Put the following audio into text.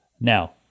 Now